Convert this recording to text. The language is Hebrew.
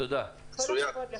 כל הכבוד לך.